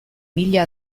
mila